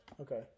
Okay